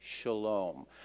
shalom